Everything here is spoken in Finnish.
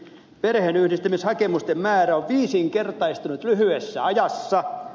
perheenyhdistämishakemusten määrä on viisinkertaistunut lyhyessä ajassa